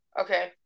Okay